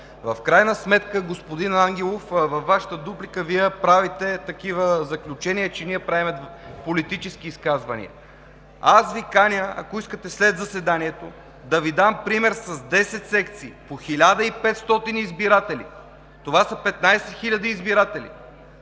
В крайна сметка, господин Ангелов, във Вашата дуплика Вие правите такива заключения, че ние имаме политически изказвания. Каня Ви, ако искате, след заседанието, да Ви дам пример с 10 секции по 1500 избиратели – това са 15 хиляди избиратели,